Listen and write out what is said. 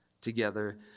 together